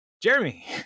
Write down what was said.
Jeremy